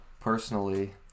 personally